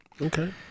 Okay